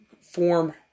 form